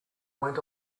went